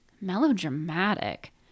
Melodramatic